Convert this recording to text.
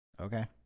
Okay